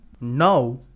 Now